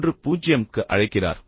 30க்கு அழைக்கிறார்